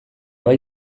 bai